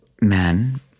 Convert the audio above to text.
men